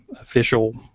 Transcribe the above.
official